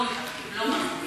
לא מקבלים,